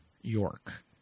York